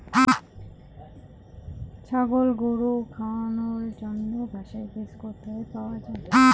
ছাগল ও গরু খাওয়ানোর জন্য ঘাসের বীজ কোথায় পাওয়া যায়?